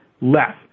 less